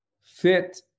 fit